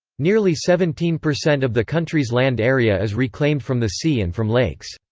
nearly seventeen percent of the country's land area is reclaimed from the sea and from lakes.